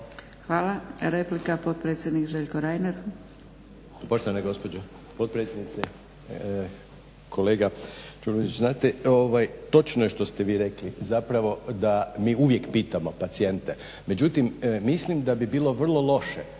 Hvala. Replika potpredsjednik Željko Reiner. **Reiner, Željko (HDZ)** Poštovane gospođo, potpredsjednice kolega Đurović, znate točno je što ste vi rekli, zapravo da mi uvijek pitamo pacijente, međutim mislim da bi bilo vrlo loše